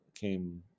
came